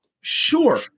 Sure